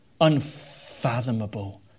unfathomable